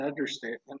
understatement